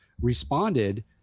responded